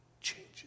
changes